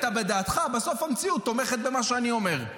אתה בדעתך ובסוף המציאות תומכת במה שאני אומר.